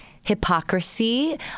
hypocrisy